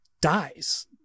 dies